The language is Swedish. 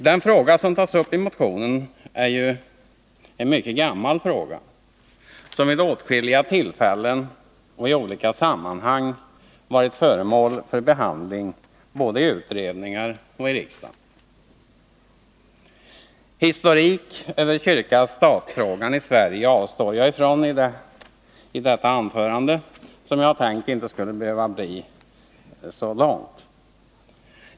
Den fråga som tas upp i motionen är ju en mycket gammal fråga, som vid åtskilliga tillfällen och i olika sammanhang varit föremål för behandling både iutredningar och i riksdagen. Historik över kyrka-stat-frågan i Sverige avstår jag från i detta anförande — jag har tänkt att det inte skulle bli så långt.